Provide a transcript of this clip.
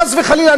חס וחלילה,